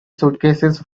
suitcases